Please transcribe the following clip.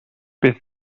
bydd